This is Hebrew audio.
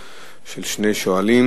פיצויים.